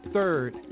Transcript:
Third